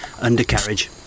undercarriage